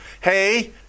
hey